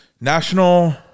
National